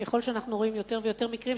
ככל שאנחנו רואים יותר ויותר מקרים,